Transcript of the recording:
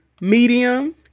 Medium